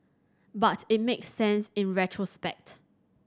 but it makes sense in retrospect